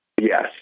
yes